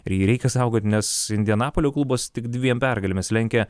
ir jį reikia saugoti nes indianapolio klubas tik dviem pergalėmis lenkia